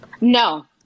No